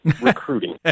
recruiting